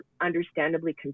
understandably